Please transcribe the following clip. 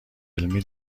علمی